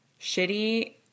shitty